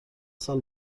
سال